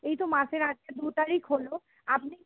এই তো মাসের আজকে দু তারিখ হল আপনি